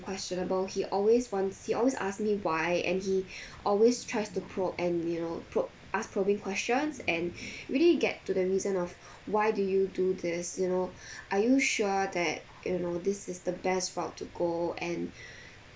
questionable he always wants he always asks me why and he always tries to probe and you know probe ask probing questions and really get to the reason of why do you do this you know are you sure that you know this is the best route to go and